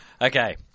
Okay